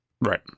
Right